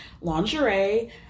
lingerie